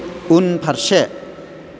उनफारसे